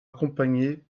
accompagnée